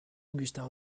augustin